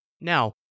Now